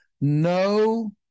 no